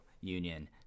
union